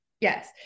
Yes